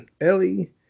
Ellie